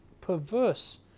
perverse